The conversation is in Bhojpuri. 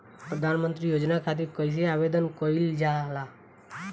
प्रधानमंत्री योजना खातिर कइसे आवेदन कइल जाला?